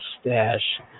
stash